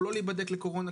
או לא להיבדק לקורונה,